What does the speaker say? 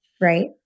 right